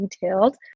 detailed